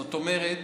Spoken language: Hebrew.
זאת אומרת,